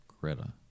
Greta